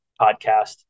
podcast